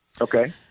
Okay